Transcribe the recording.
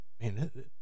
man